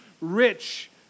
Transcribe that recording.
rich